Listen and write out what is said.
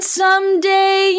someday